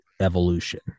evolution